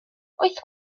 oes